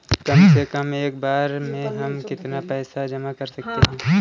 कम से कम एक बार में हम कितना पैसा जमा कर सकते हैं?